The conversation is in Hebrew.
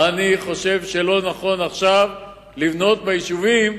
אני חושב שלא נכון עכשיו לבנות ביישובים